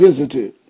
visited